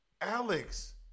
alex